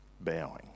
bowing